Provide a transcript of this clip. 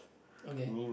okay